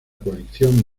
coalición